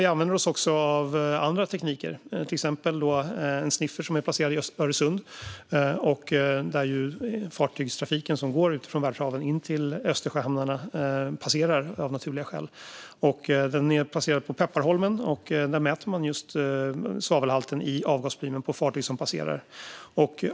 Vi använder oss dock också av andra tekniker, till exempel en sniffer som är placerad i Öresund, där fartygstrafiken som går från världshaven in till Östersjöhamnarna av naturliga skäl passerar. Den är placerad på Pepparholm. Där mäter man just svavelhalten i avgasplymen på fartyg som passerar.